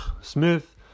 Smith